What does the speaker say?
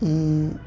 ಹ್ಞೂ